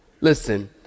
Listen